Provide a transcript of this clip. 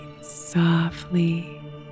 softly